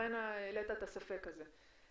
ולכן העלית את הספק הזה.